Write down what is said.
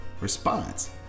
response